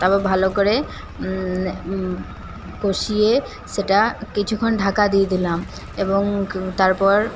তারপর ভালো করে কষিয়ে সেটা কিছুক্ষণ ঢাকা দিয়ে দিলাম এবং তারপর